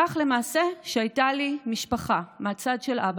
כך למעשה הייתה לי משפחה מהצד של אבא,